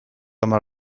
hamar